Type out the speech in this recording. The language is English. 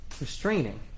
restraining